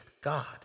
God